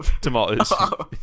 tomatoes